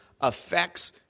affects